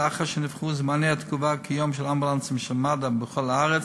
ולאחר שנבחנו זמני התגובה כיום של האמבולנסים של מד"א בכל הארץ,